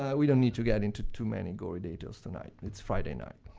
um we don't need to get into too many gory details tonight. it's friday night.